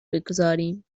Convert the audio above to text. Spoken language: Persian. بگذاریم